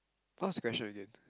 what's the question again